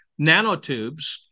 nanotubes